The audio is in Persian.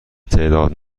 تعداد